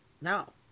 now